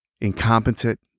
incompetent